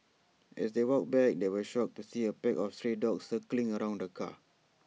as they walked back they were shocked to see A pack of stray dogs circling around the car